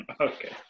okay